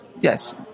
Yes